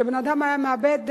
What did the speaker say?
כשבן-אדם היה מאבד